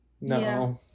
No